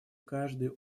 каждый